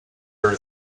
her